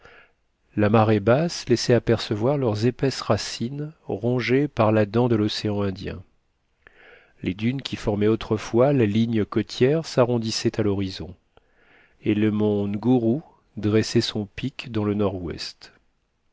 la marée basse laissait apercevoir leurs épaisses racines rongées par la dent de l'océan indien les dunes qui formaient autrefois la ligne côtière s'arrondissaient à l'horizon et le mont nguru dressait son pic dans le nord-ouest